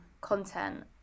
content